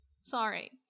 Sorry